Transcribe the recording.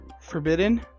Forbidden